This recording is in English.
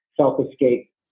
self-escape